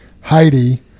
Heidi